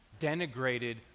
denigrated